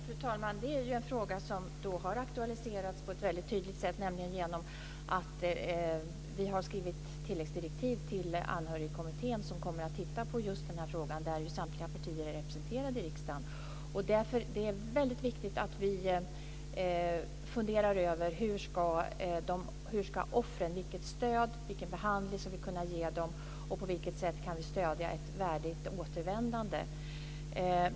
Fru talman! Det är en fråga som har aktualiserats på ett väldigt tydligt sätt, nämligen genom att vi har skrivit tilläggsdirektiv till anhörigkommittén, i vilken samtliga partier i riksdagen är representerade, som kommer att titta på just den här frågan. Det är väldigt viktigt att vi funderar över vilket stöd och vilken behandling vi ska kunna ge offren och på vilket sätt vi kan stödja ett värdigt återvändande.